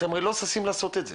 אתם הרי לא ששים לעשות את זה.